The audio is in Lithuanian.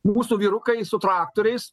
mūsų vyrukai su traktoriais